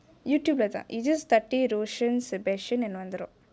Youtube லேதா:lethaa you just type roshan sebastian and வந்தரும்:vantharum